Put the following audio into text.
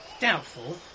doubtful